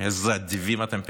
איזה אדיבים אתם פתאום.